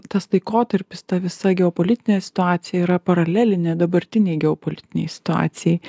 tas laikotarpis ta visa geopolitinė situacija yra paralelinė dabartinei geopolitinei situacijai